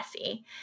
messy